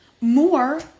more